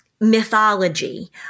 mythology